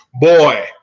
Boy